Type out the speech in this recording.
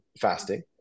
fasting